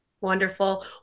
Wonderful